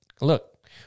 look